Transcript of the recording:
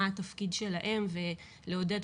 מה התפקיד שלהם ולעודד,